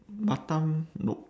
batam nope